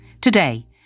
Today